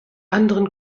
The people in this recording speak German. anderen